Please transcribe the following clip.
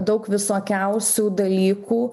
daug visokiausių dalykų